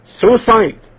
suicide